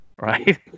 right